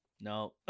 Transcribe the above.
no